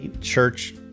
church